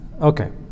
Okay